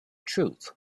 truth